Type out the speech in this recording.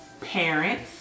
parents